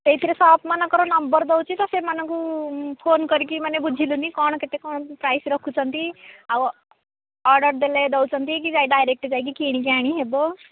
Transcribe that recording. ସେହିଥିରେ ଶପ୍ ମାନଙ୍କର ନମ୍ବର ଦେଉଛି ତ ସେମାନଙ୍କୁ ଫୋନ କରିକି ମାନେ ବୁଝିଲୁନି କ'ଣ କେତେ କ'ଣ ପ୍ରାଇସ୍ ରଖୁଛନ୍ତି ଆଉ ଅର୍ଡ଼ର ଦେଲେ ଦେଉଛନ୍ତି କି ଯାଇ ଡାଇରେକ୍ଟ ଯାଇକି କିଣିକି ଆଣିହେବ